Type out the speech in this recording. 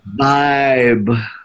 vibe